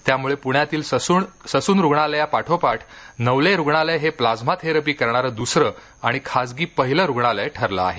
त्यामुळे प्ण्यातील ससून रुग्णालया पाठोपाठ नवले रुग्णालय हे प्लाझ्मा थेरपी करणारे दुसरे आणि खासगी पहिले रुग्णालय ठरले आहे